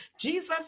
jesus